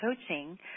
Coaching